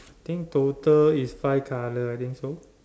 I think total is five colour I think so